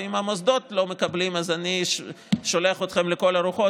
ואם המוסדות לא מקבלים אז אני שולח אתכם לכל הרוחות